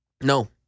no